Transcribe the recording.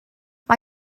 mae